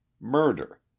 murder